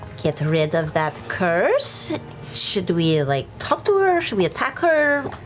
get rid of that curse. should we like talk to her? should we attack her?